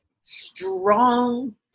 strong